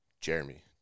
Jeremy